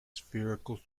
spherical